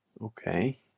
Okay